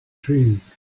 trees